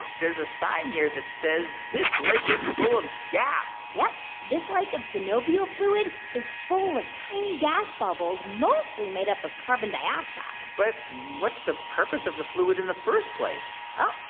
there's a sign here that says this lake is full of gas yep. this lake like of synovial fluid is full of tiny gas bubbles mostly made up of carbon dioxide but what's the purpose of the fluid in the first place? well,